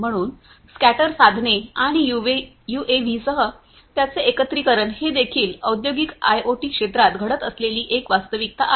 म्हणून स्कॅटर साधने आणि यूएव्हीसह त्यांचे एकत्रिकरण हे देखील औद्योगिक आयओटी क्षेत्रात घडत असलेली एक वास्तविकता आहे